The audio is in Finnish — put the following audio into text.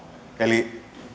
eli